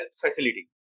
facility